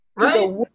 right